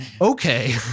Okay